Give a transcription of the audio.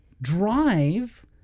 drive